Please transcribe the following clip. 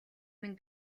минь